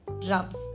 drums